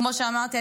כמו שאמרתי,